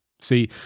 See